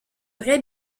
vrai